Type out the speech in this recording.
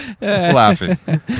laughing